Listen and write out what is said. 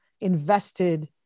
invested